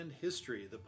History